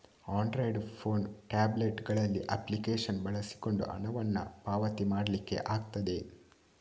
Android phone, tablet ಗಳಲ್ಲಿ application ಬಳಸಿಕೊಂಡು ಹಣವನ್ನ ಪಾವತಿ ಮಾಡ್ಲಿಕ್ಕೆ ಆಗ್ತದೆ